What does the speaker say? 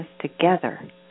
together